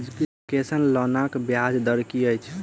Education लोनक ब्याज दर की अछि?